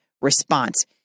response